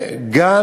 גם